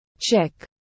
Check